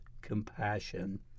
compassion